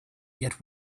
yet